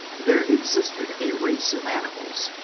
there existed a race of animals,